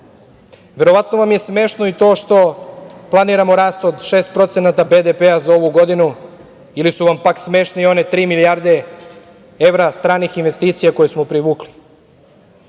Verovatno vam je smešno i to što planiramo rast od 6% BDP-a za ovu godinu? Ili su vam, pak, smešne one tri milijarde evra stranih investicija koje smo privukli? Sigurno